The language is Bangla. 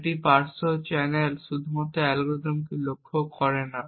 একটি পার্শ্ব চ্যানেল শুধুমাত্র অ্যালগরিদমকে লক্ষ্য করে না